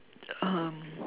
um